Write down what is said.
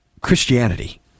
Christianity